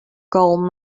gold